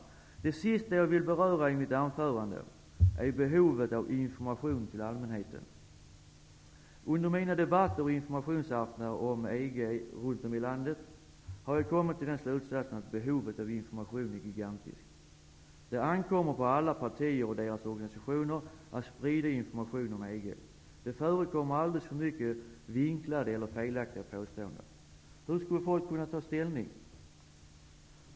Det sista som jag vill beröra i mitt anförande är behovet av information till allmänheten. Under mina debatter och informationsaftnar om EG runt om i landet, har jag kommit till slutsatsen att behovet av information är gigantiskt. Det ankommer på alla partier och deras organisationer att sprida information om EG. Det förekommer alldeles för mycket vinklade eller felaktiga påståenden. Hur skall folk kunna ta ställning?